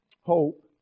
hope